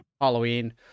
Halloween